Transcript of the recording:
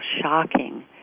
shocking